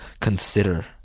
consider